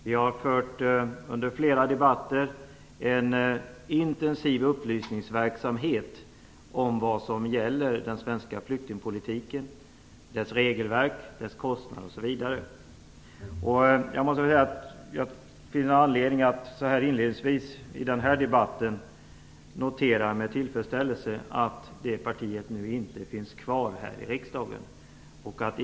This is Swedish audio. Vi har under flera debatter fört en intensiv upplysningsverksamhet om vad som gäller i den svenska flyktingpolitiken, dess regelverk och kostnader osv. Jag finner anledning att inledningsvis i denna debatt med tillfredsställelse notera att det partiet nu inte finns kvar här i riksdagen.